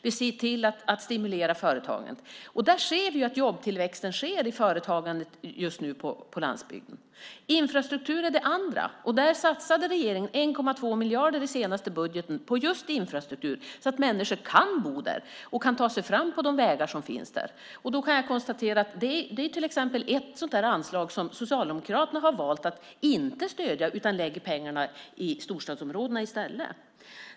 Vi ser till att stimulera företagen. Jobbtillväxten sker just nu i företagandet på landsbygden. Infrastrukturen är det andra. Regeringen satsade 1,2 miljarder i den senaste budgeten på just infrastruktur, så att människor kan bo där och kan ta sig fram på de vägar som finns. Det är ett anslag som Socialdemokraterna har valt att inte stödja. De lägger pengarna i storstadsområdena i stället.